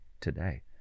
today